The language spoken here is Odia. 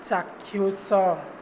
ଚାକ୍ଷୁଷ